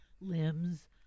limbs